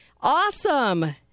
Awesome